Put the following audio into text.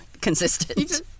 consistent